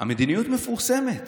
המדיניות מפורסמת